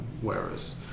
whereas